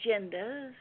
agendas